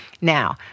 Now